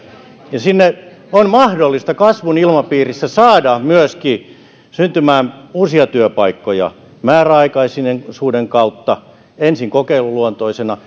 sinne on mahdollista kasvun ilmapiirissä saada myöskin syntymään uusia työpaikkoja määräaikaisuuden kautta ensin kokeiluluontoisena